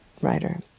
writer